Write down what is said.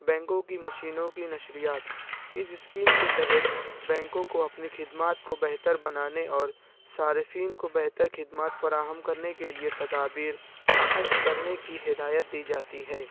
بینکوں کی مشینوں کی نشریات اس اسکیم کے تحت بینکوں کو اپنے خدمات کو بہتر بنانے اور صارفین کو بہتر خدمات فراہم کرنے کے لیے تدابیر اخذ کرنے کی ہدایت دی جاتی ہے